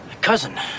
cousin